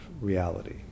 reality